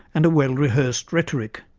and a well rehearsed rhetoric.